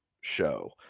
show